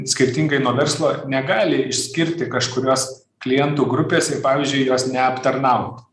skirtingai nuo verslo negali išskirti kažkurios klientų grupės ir pavyzdžiui jos neaptarnaut